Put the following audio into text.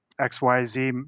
XYZ